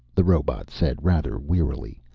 the robot said rather wearily,